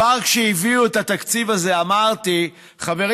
כבר כשהביאו את התקציב הזה אמרתי: חברים,